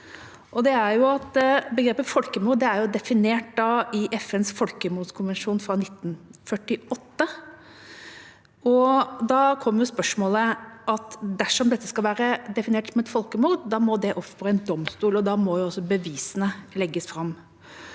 begrepet folkemord er definert i FNs folkemordkonvensjon fra 1948. Da kommer spørsmålet: Dersom dette skal defineres som et folkemord, må det opp for en domstol, og da må også bevisene legges fram.